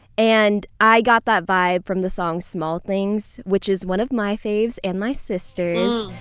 and i got that vibe from the song small things, which is one of my faves and my sisters.